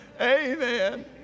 Amen